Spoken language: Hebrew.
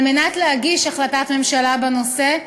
על מנת להגיש החלטת ממשלה בנושא צריך,